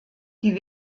die